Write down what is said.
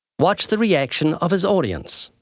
watch the reaction of his audience.